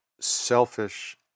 selfish